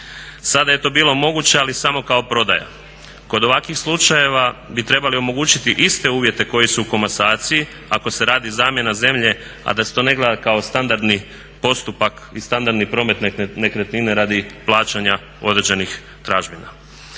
Sada je to bilo moguće ali samo kao prodaja. Kod ovakvih slučajeva bi trebali omogućiti iste uvjete koji su u komasaciji ako se radi zamjena zemlje a da se to ne gleda kao standardni postupak i standardni promet nekretnine radi plaćanja određenih tražbina.